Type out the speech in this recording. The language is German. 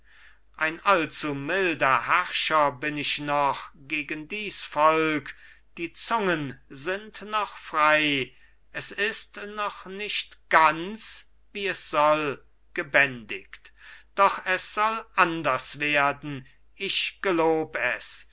ein allzu milder herrscher bin ich noch gegen dies volk die zungen sind noch frei es ist noch nicht ganz wie es soll gebändigt doch es soll anders werden ich gelob es